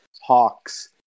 hawks